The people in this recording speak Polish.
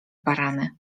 barany